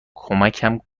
کمکم